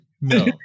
No